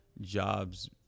jobs